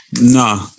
No